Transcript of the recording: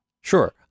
Sure